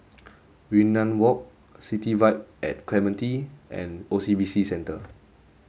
Yunnan Walk City Vibe at Clementi and O C B C Centre